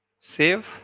Save